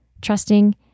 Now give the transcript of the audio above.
trusting